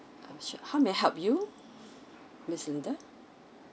uh sure how may I help you miss linda